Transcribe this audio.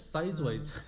size-wise